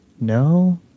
No